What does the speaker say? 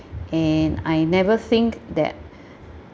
and I never think that